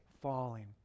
falling